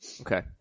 Okay